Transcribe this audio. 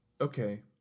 Okay